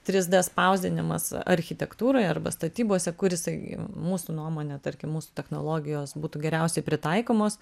trys d spausdinimas architektūroje arba statybose kur jisai mūsų nuomone tarkim mūsų technologijos būtų geriausiai pritaikomos